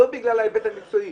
לא בגלל ההיבט המקצועי,